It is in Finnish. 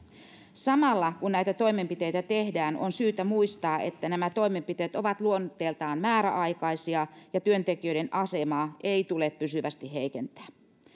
samalla kun näitä toimenpiteitä tehdään on syytä muistaa että nämä toimenpiteet ovat luonteeltaan määräaikaisia ja työntekijöiden asemaa ei tule pysyvästi heikentää